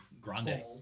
Grande